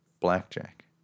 blackjack